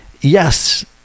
Yes